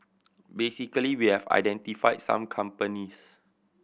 basically we have identified some companies